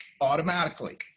automatically